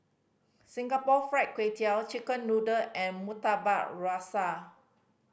Singapore Fried Kway Tiao chicken noodle and Murtabak Rusa